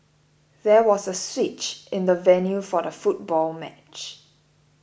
there was a switch in the venue for the football match